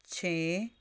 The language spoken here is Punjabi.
ਛੇ